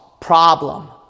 problem